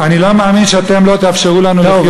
אני לא מאמין שאתם לא תאפשרו לנו לחיות בארץ הזאת.